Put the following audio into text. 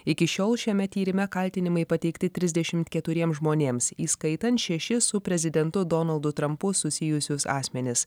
iki šiol šiame tyrime kaltinimai pateikti trisdešimt keturiem žmonėms įskaitant šešis su prezidentu donaldu trampu susijusius asmenis